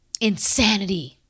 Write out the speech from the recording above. Insanity